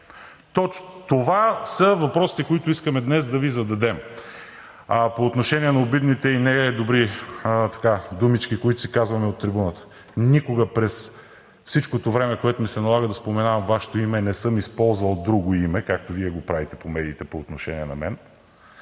къде? Това са въпросите, които искаме днес да Ви зададем. По отношение на обидните и недобри думички, които си казваме от трибуната – никога през всичкото време, когато ми се налага да споменавам Вашето име, не съм използвал друго име, както Вие го правите по медиите по отношение на мен.